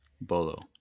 bolo